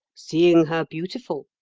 seeing her beautiful.